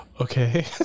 okay